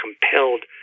compelled